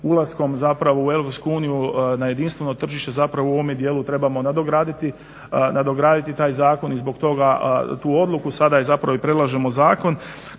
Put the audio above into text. Ulaskom zapravo u Europsku uniju na jedinstveno tržište zapravo u ovome dijelu trebamo nadograditi taj zakon i zbog toga tu odluku, sada je zapravo i predlažemo zakon